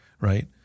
right